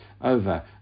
over